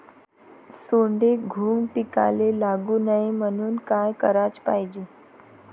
सोंडे, घुंग पिकाले लागू नये म्हनून का कराच पायजे?